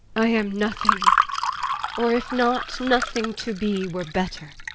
i am nothing or if not, nothing to be were better.